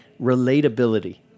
relatability